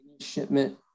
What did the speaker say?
shipment